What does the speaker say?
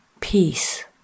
peace